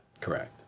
Correct